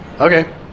Okay